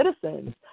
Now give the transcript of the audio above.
citizens